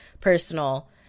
personal